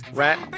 rat